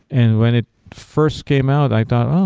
and when it first came out, i thought, oh,